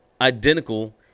identical